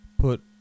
put